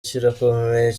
kirakomeye